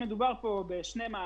מדובר פה בשני מענקים.